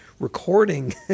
recording